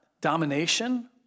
domination